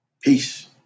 Peace